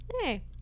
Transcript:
hey